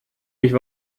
nicht